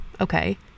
okay